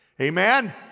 Amen